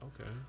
Okay